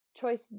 choice